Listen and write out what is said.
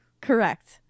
Correct